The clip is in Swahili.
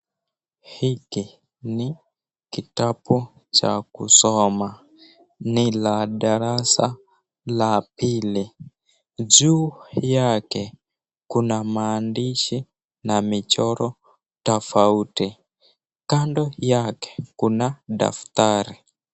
Hiki ni kitabu cha kusoma, ni la darasa la pili. Juu yake kuna maandishi na michoro tofauti. Kando yake kuna daftari.